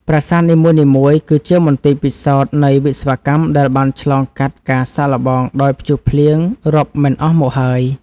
ប្រាសាទនីមួយៗគឺជាមន្ទីរពិសោធន៍នៃវិស្វកម្មដែលបានឆ្លងកាត់ការសាកល្បងដោយព្យុះភ្លៀងរាប់មិនអស់មកហើយ។